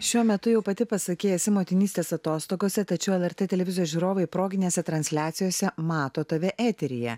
šiuo metu jau pati pasakei esi motinystės atostogose tačiau lrt televizijos žiūrovai proginėse transliacijose mato tave eteryje